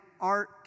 art